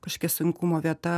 kažkokia sunkumo vieta